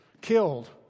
killed